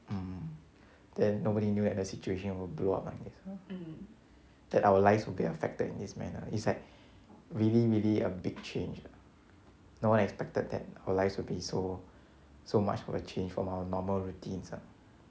mm then nobody knew that the situation will blow up like this lor that our lives will be affected in this manner is like really really a big change no one expected that our lives will be so so much for a change from our normal routines ah